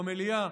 במליאה,